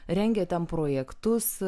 rengia ten projektus